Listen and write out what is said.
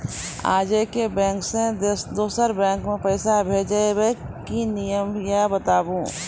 आजे के बैंक से दोसर बैंक मे पैसा भेज ब की नियम या बताबू?